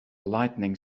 lightening